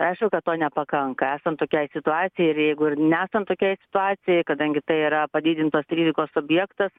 aišku kad to nepakanka esant tokiai situacijai ir jeigu ir nesant tokiai situacijai kadangi tai yra padidintos rizikos objektas